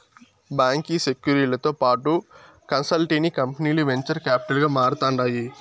బాంకీ సెక్యూరీలతో పాటు కన్సల్టెన్సీ కంపనీలు వెంచర్ కాపిటల్ గా మారతాండాయి